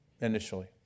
initially